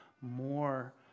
more